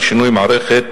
השכירות,